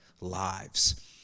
lives